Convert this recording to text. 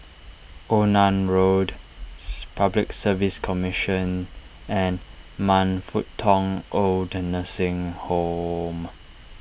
Onan Roads Public Service Commission and Man Fut Tong Old the Nursing Home